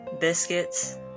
biscuits